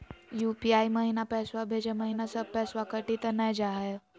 UPI महिना पैसवा भेजै महिना सब पैसवा कटी त नै जाही हो?